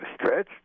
stretch